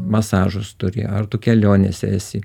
masažus turi ar tu kelionėse esi